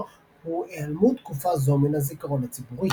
הוא העלמות תקופה זו מן הזיכרון הציבורי.